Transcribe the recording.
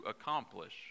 accomplish